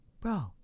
Bro